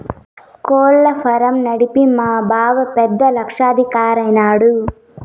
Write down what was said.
కోళ్ల ఫారం నడిపి మా బావ పెద్ద లక్షాధికారైన నాడు